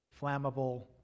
flammable